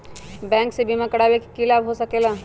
Bank से बिमा करावे से की लाभ होई सकेला?